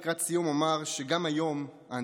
לקראת סיום אומר שלצערנו הרב גם היום האנטישמיות